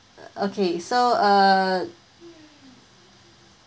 uh okay so uh